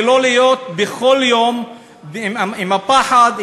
ולא להיות בכל יום עם הפחד,